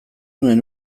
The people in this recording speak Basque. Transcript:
nuen